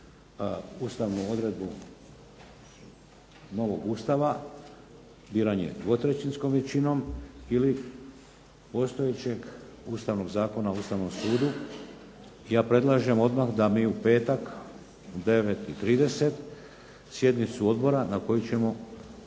ustavnu odredbu novog Ustava, biranje dvotrećinskom većinom ili postojećeg ustavnog Zakona o Ustavnom sudu. Ja predlažem odmah da mi u petak u 9 i 30 sjednicu odbora na kojoj ćemo